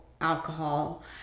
alcohol